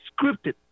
scripted